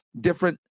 different